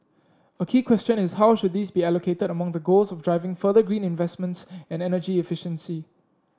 a key question is how should these be allocated among the goals of driving further green investments and energy efficiency